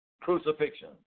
crucifixion